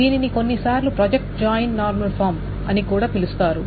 దీనిని కొన్నిసార్లు project join normal form అని కూడా పిలుస్తారు